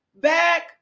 back